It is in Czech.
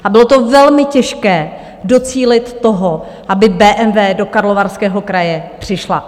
A bylo to velmi, těžké docílit toho, aby BMW do Karlovarského kraje přišla.